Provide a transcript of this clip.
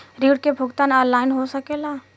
ऋण के भुगतान ऑनलाइन हो सकेला?